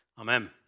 Amen